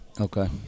Okay